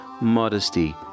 modesty